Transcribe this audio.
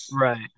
Right